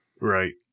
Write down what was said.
Right